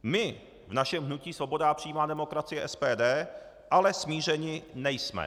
My v našem hnutí Svoboda a přímá demokracie SPD ale smířeni nejsme.